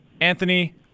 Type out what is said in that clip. Anthony